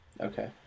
Okay